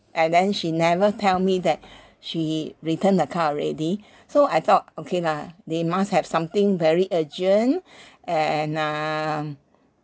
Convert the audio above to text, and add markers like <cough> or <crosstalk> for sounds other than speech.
and then she never tell me that <breath> she returned the car already so I thought okay lah they must have something very urgent <breath> and uh um